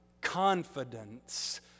confidence